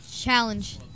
Challenge